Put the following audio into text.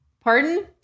Pardon